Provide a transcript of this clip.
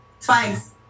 twice